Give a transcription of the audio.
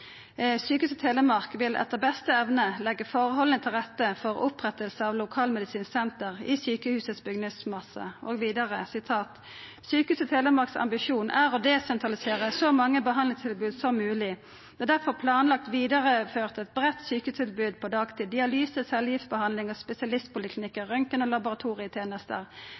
vil etter beste evne legge forholdene til rette for opprettelse av LMS i sykehusets bygningsmasse.» Og vidare: «STHFs ambisjon er å desentralisere så mange behandlingstilbud som mulig. Det er derfor planlagt videreført et bredt sykehustilbud på dagtid; dialyse, cellegiftbehandling og spesialistpoliklinikker, røntgen og